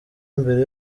mbere